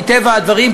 מטבע הדברים,